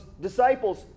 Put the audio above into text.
disciples